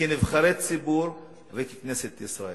כנבחרי ציבור וככנסת ישראל.